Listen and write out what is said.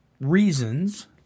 reasons